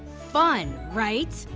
fun, right?